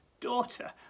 daughter